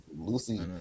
lucy